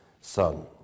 son